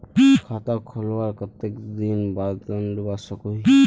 खाता खोलवार कते दिन बाद लोन लुबा सकोहो ही?